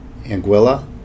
Anguilla